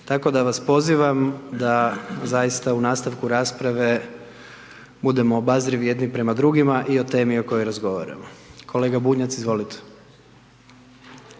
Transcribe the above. Tako da vas pozivam, da zaista u nastavku rasprave budemo obazrivi jedni prema drugima i o temi o kojoj razgovaramo. Kolega Bunjac, izvolite.